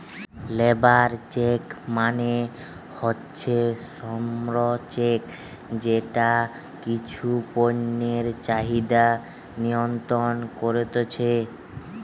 labour check মানে হচ্ছে শ্রম চেক যেটা কিছু পণ্যের চাহিদা নিয়ন্ত্রণ কোরছে